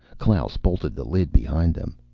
klaus bolted the lid behind them.